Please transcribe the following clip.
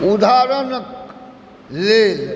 उदाहरणक लेल